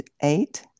Eight